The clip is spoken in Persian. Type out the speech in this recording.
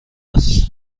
است